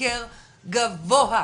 להשתכר גבוה,